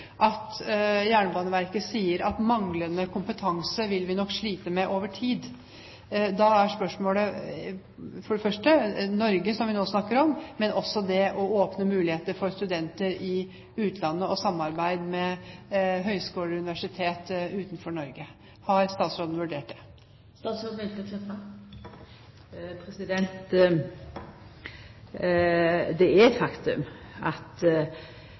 at Jernbaneverket sier at manglende kompetanse vil de nok slite med over tid. Spørsmålet gjelder for det første det å åpne for muligheter for studenter i Norge, som vi nå snakker om, men også i utlandet, og samarbeid med høyskoler og universitet utenfor Norge. Har statsråden vurdert det? Det er eit faktum at